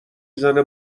زنه